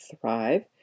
thrive